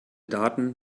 daten